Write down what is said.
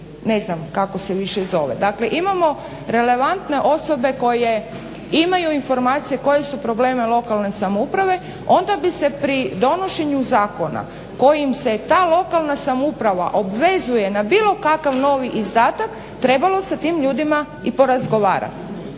ne znam kako se više zove, dakle imamo relevantne osobe koje imaju informacije koji su problemi lokalne samouprave onda bi se pri donošenju zakona kojim se ta lokalna samouprava obvezuje na bilo kakav novi izdatak trebalo sa tim ljudima i porazgovarati.